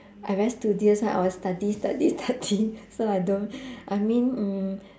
I very studious one I will study study study so I don't I mean mm